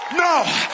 No